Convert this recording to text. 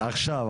עכשיו.